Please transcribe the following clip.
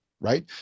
right